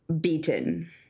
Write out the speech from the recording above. beaten